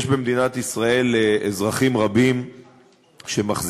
יש במדינת ישראל אזרחים רבים שמחזיקים